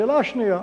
השאלה השנייה: